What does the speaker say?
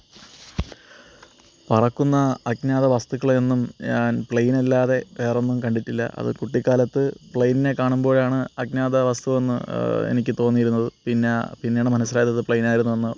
പറക്കുന്ന അജ്ഞാത വസ്തുക്കളെയെന്നും ഞാൻ പ്ലെയ്നല്ലാതെ വേറൊന്നും കണ്ടിട്ടില്ല അത് കുട്ടിക്കാലത്ത് പ്ലെയിനിനെ കാണുമ്പോഴാണ് അജ്ഞാത വസ്തുവെന്ന് എനിക്ക് തോന്നിയിരുന്നത് പിന്ന പിന്നെയാണ് മനസിലായത് അത് പ്ലെയ്നായിരുന്നു എന്ന്